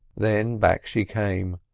then back she came,